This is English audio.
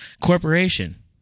corporation